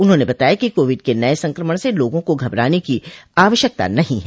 उन्होंने बताया कि कोविड के नये संक्रमण से लोगों को घबराने की आवश्यकता नहीं है